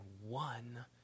one